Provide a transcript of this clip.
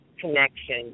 connection